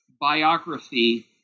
biography